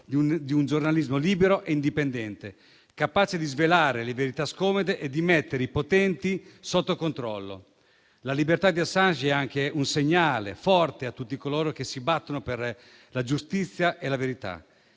di un giornalismo libero e indipendente, capace di svelare le verità scomode e di mettere i potenti sotto controllo. La libertà di Assange è anche un segnale forte a tutti coloro che si battono per la giustizia e la verità.